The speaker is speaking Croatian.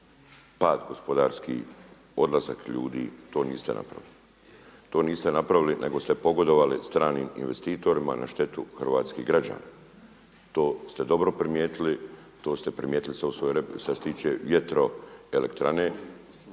pad gospodarski, odlazak ljudi. To niste napravili. To niste napravili, nego ste pogodovali stranim investitorima na zdravlje hrvatskih građana. To ste dobro primijetili, to ste primijetili što se tiče vjetroelektrane,